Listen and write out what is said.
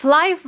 Fly